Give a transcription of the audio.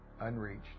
unreached